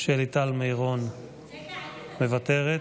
שלי טל מירון, מוותרת,